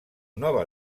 nova